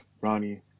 Ronnie